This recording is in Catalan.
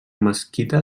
mesquita